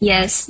Yes